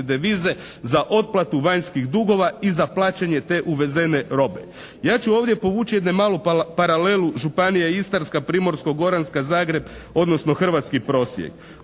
devize za otplatu vanjskih dugova i za plaćanje te uvezene robe. Ja ću ovdje povući jednu malu paralelu Županija Istarska, Primorsko-goranska, Zagreb, odnosno hrvatski prosjek.